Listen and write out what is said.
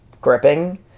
gripping